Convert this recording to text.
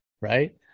right